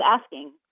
asking